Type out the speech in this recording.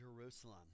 Jerusalem